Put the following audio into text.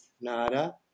NADA